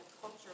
culture